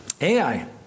Ai